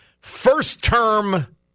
first-term